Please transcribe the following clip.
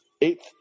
eighth